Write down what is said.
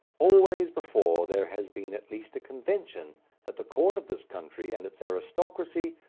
always before there has been at least a convention that the court of this country, and its aristocracy,